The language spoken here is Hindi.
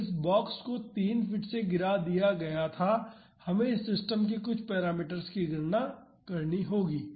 तो इस बॉक्स को 3 फीट से गिरा दिया गया था हमें इस सिस्टम के कुछ पैरामीटर की गणना करनी होगी